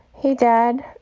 hey, dad.